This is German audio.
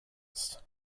ist